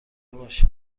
باشید